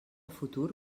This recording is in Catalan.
futur